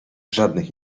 żadnych